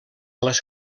les